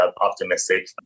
Optimistic